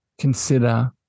consider